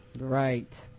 Right